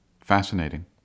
fascinating